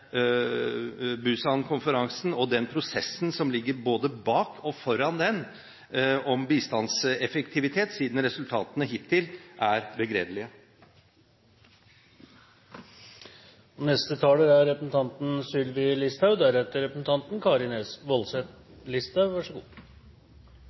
og den prosessen som ligger både før og etter den om bistandseffektivitet, siden resultatene hittil er begredelige. Jeg kjenner meg ikke igjen i den beskrivelsen som representanten